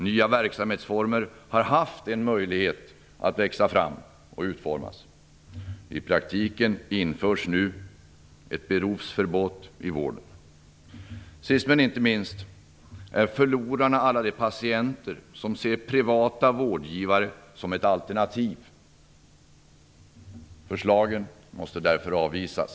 Nya verksamhetsformer har haft en möjlighet att växa fram och utformas. I praktiken införs nu ett "berufsverbot" för gott i vården. Sist men inte minst är förlorarna alla de patienter som ser privata vårdgivare som ett alternativ. Förslagen måste därför avvisas.